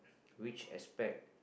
which aspect